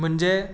म्हणजे